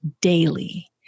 daily